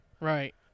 Right